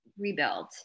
rebuild